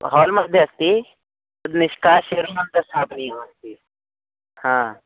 हाल्मध्ये अस्ति तद् निष्कास्य रूमन्तं स्थापनीयम् अस्ति हा